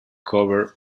covered